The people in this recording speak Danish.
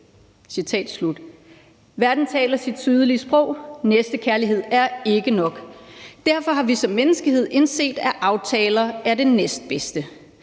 Verden taler sit tydelige sprog: Næstekærlighed er ikke nok. Derfor har vi som menneskehed indset, at aftaler er det næstbedste